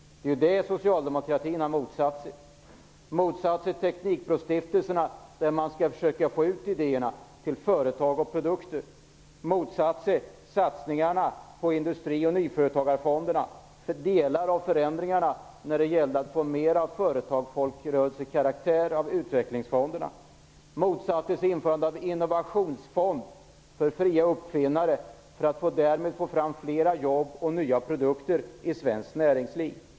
Det är det Socialdemokraterna har motsatt sig. De har motsatt sig teknikprovstiftelserna, som skall försöka få ut idéerna till företag, de har motsatt sig satsningarna på Industri och nyföretagarfonden, de motsatte sig delar av förändringarna som syftade till att få mer av folkrörelsekaraktär på utvecklingsfonderna, och de motsatte sig införandet av en innovationsfond för fria uppfinnare för att vi därmed skulle kunna få fram fler jobb och nya produkter i svenskt näringsliv.